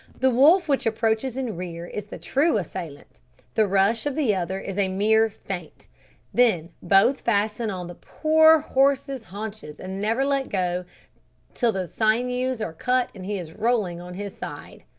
the wolf which approaches in rear is the true assailant the rush of the other is a mere feint then both fasten on the poor horse's haunches and never let go till the sinews are cut and he is rolling on his side.